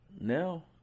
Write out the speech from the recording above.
now